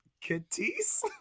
Kitties